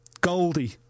Goldie